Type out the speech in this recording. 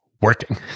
working